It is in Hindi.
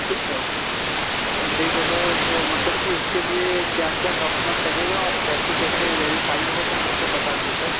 ठीक है ठीक है सर तो मतलब कि उसके लिए क्या क्या डॉक्यूमेंट लगेगा और कैसे कैसे वेरीफाई होगा सर वह सब बता दीजिए सर